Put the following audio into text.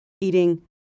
eating